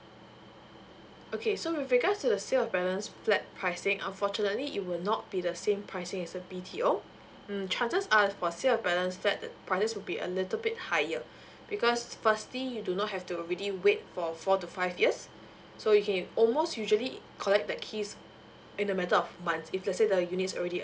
okay so with regards to the sales of balance flat pricing unfortunately it will not be the same pricing as a B_T_O mm chances are for sales of balance flat the price will be a little bit higher because firstly you do not have to really wait for four to five years so you can almost usually collect the keys in a matter of months if let's say the unit already